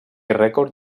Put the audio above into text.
rècord